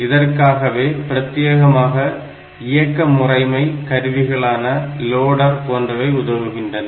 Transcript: இதற்காகவே பிரத்தியேகமாக இயக்க முறைமை கருவிகளான லோடர் போன்றவை உதவுகின்றன